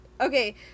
okay